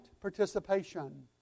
participation